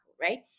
right